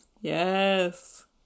Yes